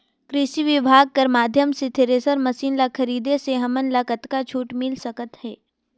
कृषि विभाग कर माध्यम से थरेसर मशीन ला खरीदे से हमन ला कतका छूट मिल सकत हे?